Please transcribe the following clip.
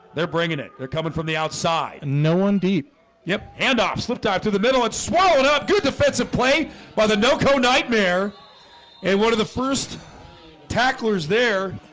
they're bringing it. they're coming from the outside and no one deep yep, handoff slipped out to the middle. it swallowed up good defensive play by the naoko nightmare and one of the first tacklers there